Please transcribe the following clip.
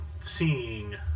seeing